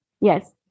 yes